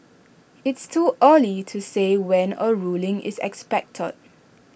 it's too early to say when A ruling is expected